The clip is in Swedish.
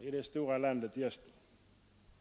i det stora landet i öster.